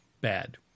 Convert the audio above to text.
bad